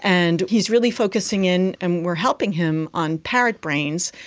and he is really focusing in and we are helping him on parrot brains.